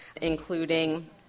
including